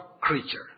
creature